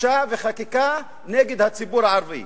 גישה וחקיקה נגד הציבור הערבי.